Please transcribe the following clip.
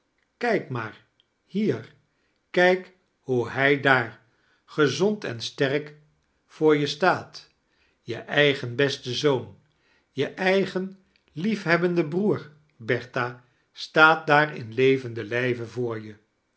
kijk maar hier kijk hoe hij daar gezond en stork voor je staat je eigen besite zoon je eigen liefheibbende bxoeir jbertha staat daar in levenden hjve voor je